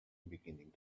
beginning